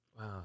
Wow